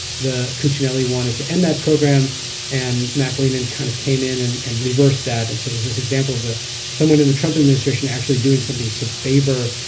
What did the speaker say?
the cuccinelli wanted to end that program and macklin and kind of came in and and reverse that and so it was this example of someone in the trump administration actually doing something to favor